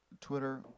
Twitter